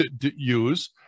use